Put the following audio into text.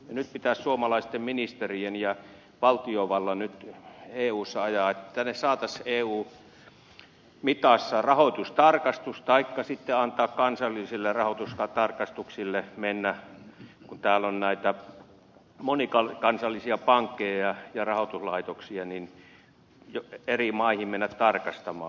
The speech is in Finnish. nyt pitäisi suomalaisten ministereiden ja valtiovallan eussa ajaa sitä että tänne saataisiin eu mitassa rahoitustarkastus taikka sitten antaa kansallisten rahoitustarkastusten mennä kun täällä on näitä monikansallisia pankkeja ja rahoituslaitoksia eri maihin tarkastamaan